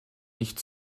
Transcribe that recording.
nicht